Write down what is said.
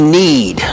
need